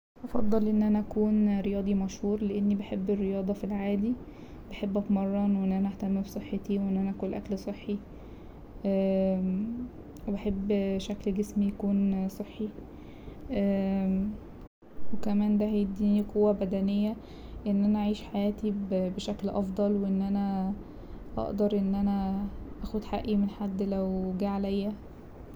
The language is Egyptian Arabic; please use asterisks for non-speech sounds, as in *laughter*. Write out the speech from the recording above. هفضل ان انا اكون رياضي مشهور لأني بحب الرياضة في العادي بحب اتمرن وان انا اهتم بصحتي وان انا اكل اكل صحي *hesitation* وبحب شكل جسمي يكون صحي *hesitation* وكمان ده هيديني قوة بدنية ان انا اعيش حياتي بشكل افضل وان انا اقدر ان انا اخد حقي من حد لو جه عليا.